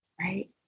right